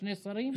שני שרים.